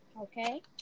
Okay